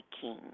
king